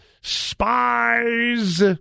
spies